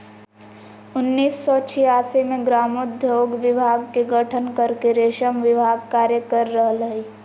उन्नीस सो छिआसी मे ग्रामोद्योग विभाग के गठन करके रेशम विभाग कार्य कर रहल हई